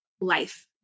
life